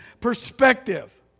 perspective